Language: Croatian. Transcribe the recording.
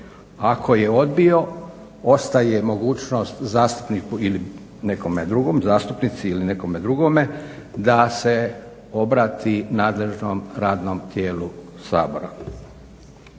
ili nekome drugom, zastupnici ili nekome drugome da se obrati nadležnom radnom tijelu Sabora.